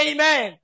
Amen